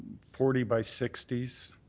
forty by sixty so